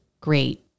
great